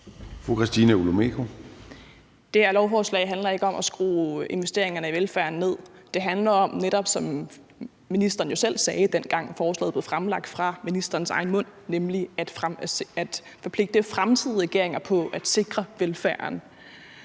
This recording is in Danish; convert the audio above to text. Det her lovforslag handler ikke om at skrue investeringerne i velfærden ned; det handler, som ministeren jo netop selv sagde, dengang forslaget blev fremlagt, om at forpligte fremtidige regeringer på at sikre velfærden.